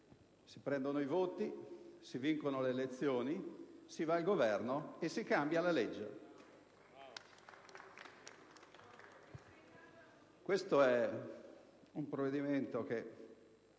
si prendono i voti, si vincono le elezioni, si va al Governo e si cambia la legge.